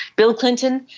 bill clinton,